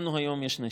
לנו היום יש נשק,